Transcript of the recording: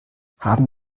haben